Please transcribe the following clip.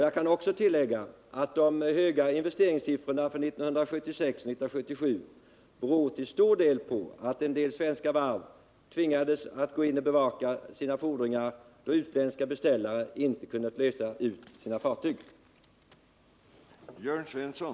Jag kan också tillägga att de höga investeringssiffrorna för 1976-1977 till stor del beror på att en del svenska varv tvingades gå in och bevaka sina fordringar då utländska beställare inte kunnat lösa ut sina fartyg.